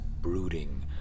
brooding